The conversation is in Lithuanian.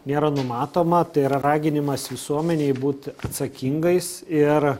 nėra numatoma tai yra raginimas visuomenei būt atsakingais ir